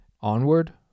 onward